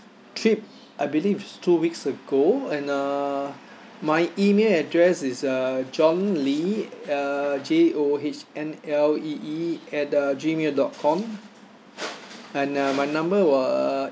trip I believe is two weeks ago and uh my email address is uh john lee uh J O H N L E E at uh gmail dot com and uh my number were